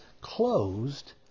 closed